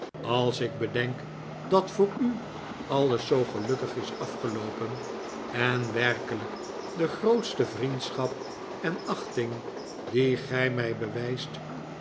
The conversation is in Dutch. als ik bedenk dat voor u alles zoo gelukkig is afgeloopen en werkelijk de groote vriendschap en achting die ge mij bewijst